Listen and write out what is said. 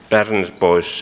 sihteeri luki